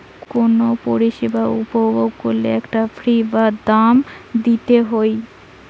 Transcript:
কুনো পরিষেবা উপভোগ কোরলে একটা ফী বা দাম দিতে হই